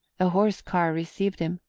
a horse-car received him,